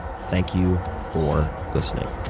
thank you for listening.